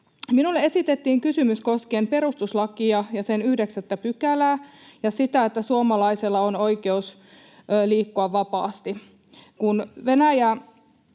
Minulle esitettiin kysymys koskien perustuslakia ja sen 9 §:ää ja sitä, että suomalaisella on oikeus liikkua vapaasti.